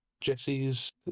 jesse's